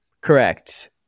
Correct